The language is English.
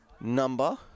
number